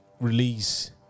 release